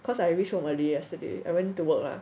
cause I reached home early yesterday I went to work lah